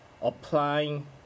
applying